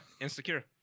Insecure